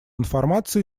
информации